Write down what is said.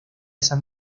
san